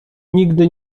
nigdy